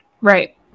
Right